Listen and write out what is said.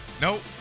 Nope